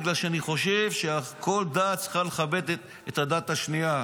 בגלל שאני חושב שכל דת צריכה לכבד את הדת השנייה.